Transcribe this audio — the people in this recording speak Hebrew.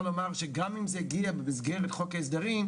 לומר שגם אם זה הגיע במסגרת חוק ההסדרים,